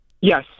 Yes